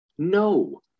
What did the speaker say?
No